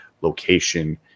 location